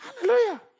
Hallelujah